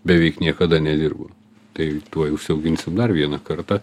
beveik niekada nedirbo tai tuoj užsiauginsim dar viena karta